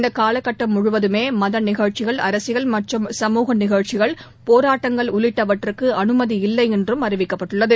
இந்த கால கட்டம் முழுவதுமே மத நிகழ்ச்சிகள் அரசியல் மற்றும் சமூக நிகழ்ச்சிகள் போராட்டங்கள் உள்ளிட்டவற்றுக்கு அனுமதி இல்லை என்று அறிவிக்கப்பட்டுள்ளது